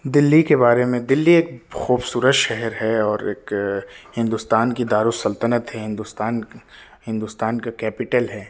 دلی کے بارے میں دلی ایک خوبصورت شہر ہے اور ایک ہندوستان کی دارالسلطنت ہے ہندوستان ہندوستان کا کیپیٹل ہے